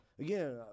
again